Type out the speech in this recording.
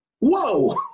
Whoa